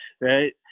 right